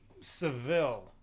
Seville